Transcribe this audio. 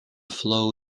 flow